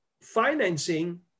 financing